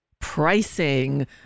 pricing